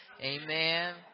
Amen